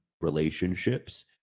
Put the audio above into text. relationships